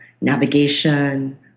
navigation